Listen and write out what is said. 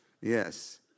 Yes